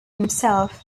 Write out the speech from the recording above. himself